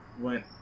went